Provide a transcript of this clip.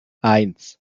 eins